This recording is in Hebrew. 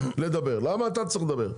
למה אתה צריך לדבר?